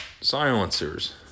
silencers